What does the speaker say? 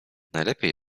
najlepiej